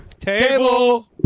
Table